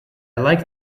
like